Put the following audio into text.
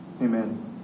Amen